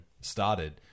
started